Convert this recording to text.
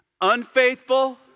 unfaithful